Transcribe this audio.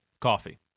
coffee